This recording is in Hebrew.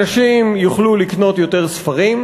אנשים יוכלו לקנות יותר ספרים,